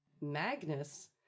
Magnus